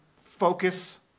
focus